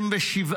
ו-827